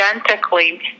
identically